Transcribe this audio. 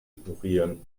ignorieren